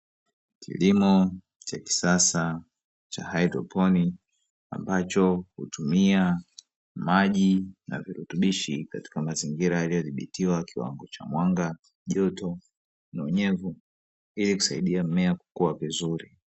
Kilimo cha kisasa cha haydroponi, ambacho hutumia maji na virutubishi, katika mazingira yaliyo dhibitiwa kwa kiwango cha mwanga joto na unyevu, hii kusaidia mmea kukua vizuri.